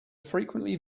frequently